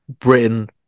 Britain